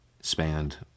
Spanned